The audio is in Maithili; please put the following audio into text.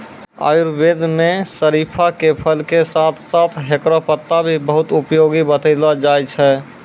आयुर्वेद मं शरीफा के फल के साथं साथं हेकरो पत्ता भी बहुत उपयोगी बतैलो जाय छै